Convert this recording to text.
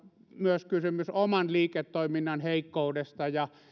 myös olla kysymys oman liiketoiminnan heikkoudesta ja